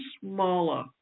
smaller